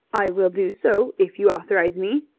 i will do so, if you authorize me.